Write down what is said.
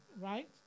right